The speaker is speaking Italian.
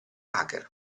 hacker